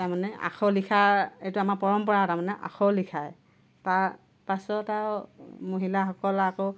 মানে আখৰ লিখা এইটো আমাৰ পৰম্পৰা তাৰ মানে আখৰ লিখাই তাৰ পাছত আৰু মহিলাসকল আকৌ